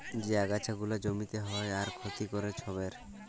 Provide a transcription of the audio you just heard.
যে আগাছা গুলা জমিতে হ্যয় আর ক্ষতি ক্যরে ছবের